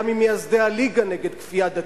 היה ממייסדי הליגה נגד כפייה דתית.